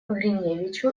гриневичу